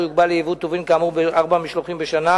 יוגבל לייבוא טובין כאמור בארבעה משלוחים בשנה